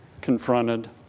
confronted